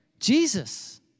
Jesus